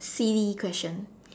silly question